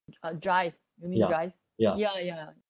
I'll drive let me drive ya ya